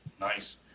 Nice